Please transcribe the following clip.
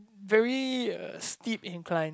very uh steep inclines